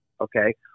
okay